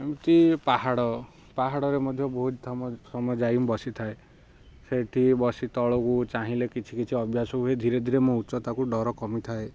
ଏମିତି ପାହାଡ଼ ପାହାଡ଼ରେ ମଧ୍ୟ ବହୁତ ସମୟ ଯାଇ ବସିଥାଏ ସେଠି ବସି ତଳକୁ ଚାହିଁଲେ କିଛି କିଛି ଅଭ୍ୟାସ ହଏ ଧୀରେ ଧୀରେ ମୋ ଉଚ୍ଚତାକୁ ଡ଼ର କମିଥାଏ